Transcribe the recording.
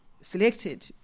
selected